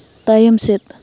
ᱛᱟᱭᱚᱢ ᱥᱮᱫ